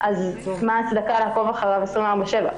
מה ההצדקה לעקוב אחריו 24/7?